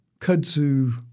kudzu